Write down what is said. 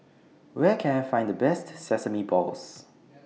Where Can I Find The Best Sesame Balls